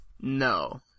No